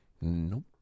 Nope